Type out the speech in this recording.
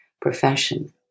profession